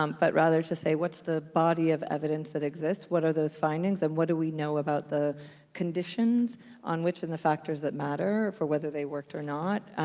um but rather to say, what's the body of evidence that exists? what are those findings, and what do we know about the conditions on which and the factors that matter, for whether they worked or not?